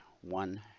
one